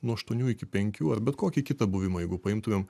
nuo aštuonių iki penkių ar bet kokį kitą buvimą jeigu paimtumėm